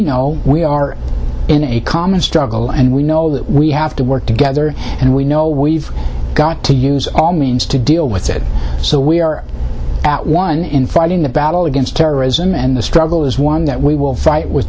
know we are in a common struggle and we know that we have to work together and we know we've got to use all means to deal with it so we are at one in fighting the battle against terrorism and the struggle is one that we will fight with